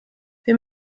wir